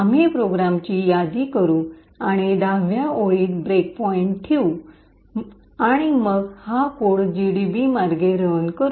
आम्ही प्रोग्रामची यादी करू आणि १० व्या ओळीत ब्रेक पॉईंट ठेवू आणि मग हा कोड जीडीबी मार्गे रन करू